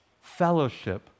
fellowship